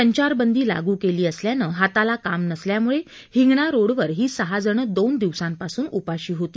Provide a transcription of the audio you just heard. संचारबंदी लागू केली असल्यानं हाताला काम नसल्यामुळे हिंगणा रोडवर ही सहा जण दोन दिवसांपासून उपाशी होती